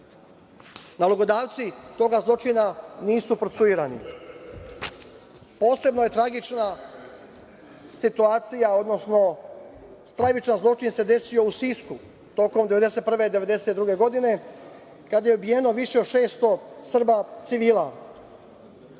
Nalogodavci toga zločina nisu procesuirani. Posebno je tragična situacija, odnosno stravičan zločin se desio u Sisku tokom 1991-1992 godine kada je ubijeno više od 600 Srba civila.